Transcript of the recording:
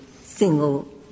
single